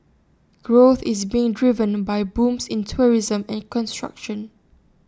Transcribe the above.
growth is being driven by booms in tourism and construction